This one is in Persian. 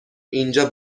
اینجا